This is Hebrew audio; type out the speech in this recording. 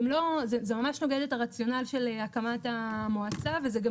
זה ממש נוגד את הרציונל של הקמת המועצה וזה גם